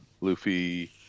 Luffy